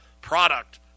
product